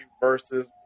versus